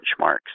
benchmarks